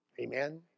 Amen